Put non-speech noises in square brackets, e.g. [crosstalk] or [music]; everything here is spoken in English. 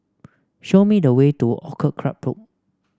show me the way to Orchid Club [unintelligible]